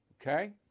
okay